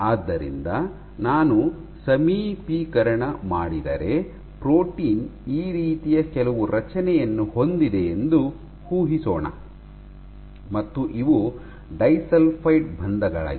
ಆದ್ದರಿಂದ ನಾನು ಸಮೀಪೀಕರಣ ಮಾಡಿದರೆ ಪ್ರೋಟೀನ್ ಈ ರೀತಿಯ ಕೆಲವು ರಚನೆಯನ್ನು ಹೊಂದಿದೆ ಎಂದು ಊಹಿಸೋಣ ಮತ್ತು ಇವು ಡೈಸಲ್ಫೈಡ್ ಬಂಧಗಳಾಗಿವೆ